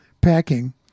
packing